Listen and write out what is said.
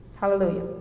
Hallelujah